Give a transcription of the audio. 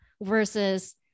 versus